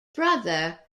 brother